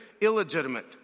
Illegitimate